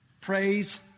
Praise